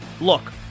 Look